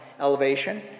elevation